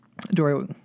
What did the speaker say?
Dory